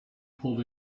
pulled